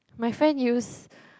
my friend use